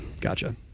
gotcha